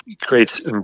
creates